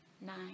nine